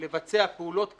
לבצע פעולות קדיחה,